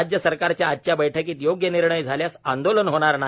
राज्य सरकारच्या आजच्या बैठकीत योग्य निर्णय झाल्यास आंदोलन होणार नाही